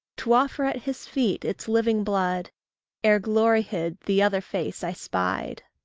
to offer at his feet its living blood ere, glory-hid, the other face i spied.